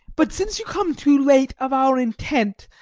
but since you come too late of our intent,